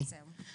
מאה אחוז.